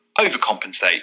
overcompensate